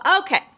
Okay